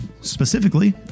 specifically